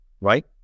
right